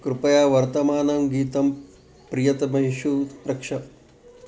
कृपया वर्तमानं गीतं प्रियतमेषु रक्ष